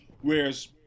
Whereas